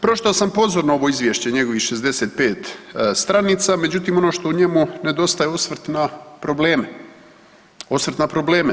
Pročitao sam pozorno ovo izvješće njegovih 65 stranica, međutim ono što u njemu nedostaje osvrt na probleme, osvrt na probleme.